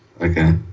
Okay